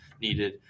needed